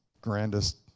grandest